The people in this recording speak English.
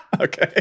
Okay